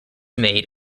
made